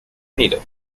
unido